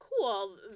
cool